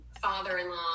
father-in-law